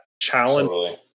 challenge